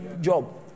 Job